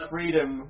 Freedom